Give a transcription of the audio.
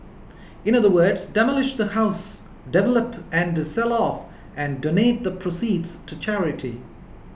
in other words demolish the house develop and sell off and donate the proceeds to charity